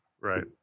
right